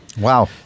Wow